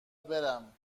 برم